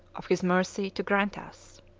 of his mercy, to grant us.